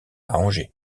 angers